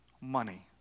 money